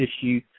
issue